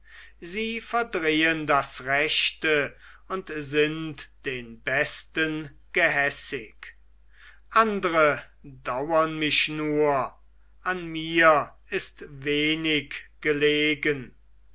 sie verdrehen das rechte und sind den besten gehässig andre dauern mich nur an mir ist wenig gelegen